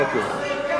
אוקיי.